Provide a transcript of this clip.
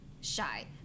shy